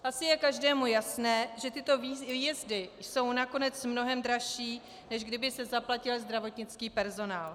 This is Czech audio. Asi je každému jasné, že tyto výjezdy jsou nakonec mnohem dražší, než kdyby se zaplatil zdravotnický personál.